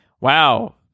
wow